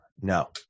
no